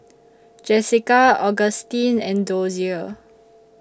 Jessika Augustine and Dozier